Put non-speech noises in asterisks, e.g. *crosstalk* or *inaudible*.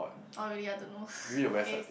oh really I don't know *laughs* okay